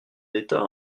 d’état